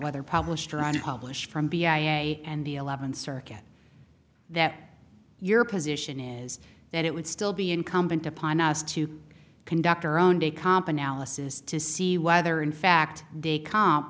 whether published or on published from b i a and the eleventh circuit that your position is that it would still be incumbent upon us to conduct our own day comp analysis to see whether in fact they comp